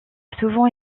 souvent